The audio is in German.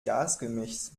gasgemischs